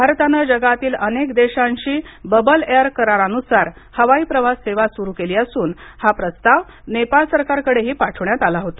भारताने जगातील अनेक देशांशी बबल एअर करारानुसार हवी प्रवास सेवा सुरु केली असून हा प्रस्ताव नेपाळ सरकारकडे ही पाठवण्यात आला होता